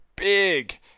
Big